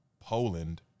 Poland